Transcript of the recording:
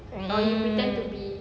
mm